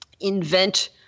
invent